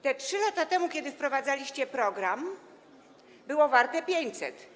3 lata temu, kiedy wprowadzaliście program, było warte 500.